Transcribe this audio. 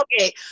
Okay